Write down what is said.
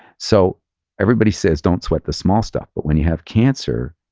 so everybody says, don't sweat the small stuff, but when you have cancer,